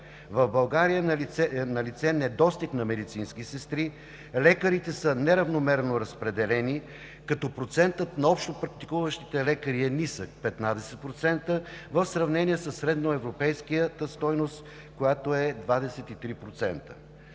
в България е налице недостиг на медицински сестри, лекарите са неравномерно разпределени, като процентът на общопрактикуващите лекари е нисък – 15%, в сравнение със средноевропейската стойност, която е 23%.